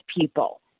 people